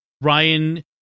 Ryan